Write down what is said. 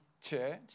Church